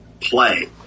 play